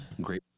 Great